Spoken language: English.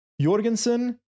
Jorgensen